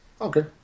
okay